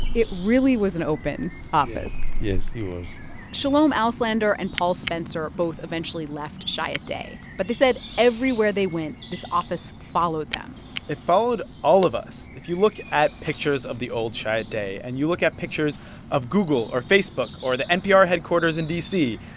it really was an open office yes. it was shalom auslander and paul spencer both eventually left chiat day. but they said everywhere they went, this office followed them it followed all of us. if you look at pictures of the old chiat day and you look at pictures of google or facebook or the npr headquarters in d c,